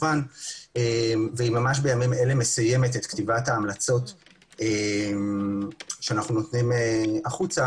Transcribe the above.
והיא בימים אלה מסיימת כתיבת ההמלצות שאנו נותנים החוצה